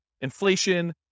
inflation